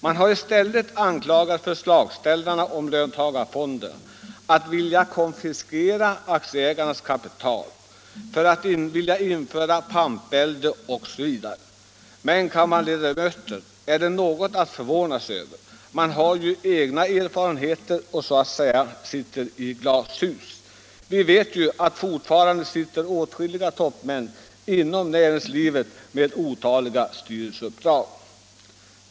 Man har i stället anklagat förslagsställarna för att vilja konfiskera aktieägarnas kapital, för att vilja införa pampvälde osv. Men, kammarledamöter, är detta något att förvåna sig över? Man har ju egna erfarenheter och sitter så att säga i glashus. Vi vet att fortfarande sitter åtskilliga toppmän inom näringslivet med otaliga styrelseuppdrag.